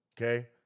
Okay